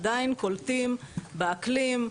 עדיין קולטים באקלים,